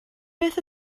beth